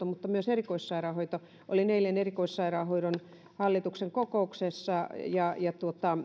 mutta myös erikoissairaanhoito olin eilen erikoissairaanhoidon hallituksen kokouksessa